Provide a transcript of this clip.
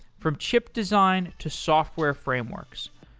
from chip design to software frameworks.